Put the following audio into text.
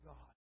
God